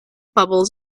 bubbles